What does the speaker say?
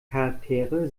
charaktere